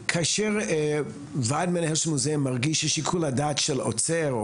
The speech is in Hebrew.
כאשר וועד מנהל של מוזיאון מרגיש את ששיקול הדעת של אוצר,